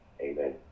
Amen